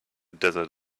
desert